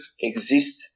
exist